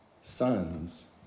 sons